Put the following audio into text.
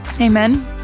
amen